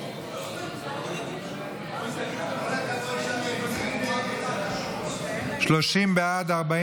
טטיאנה מזרסקי, יסמין פרידמן, דבי